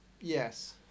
yes